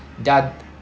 they're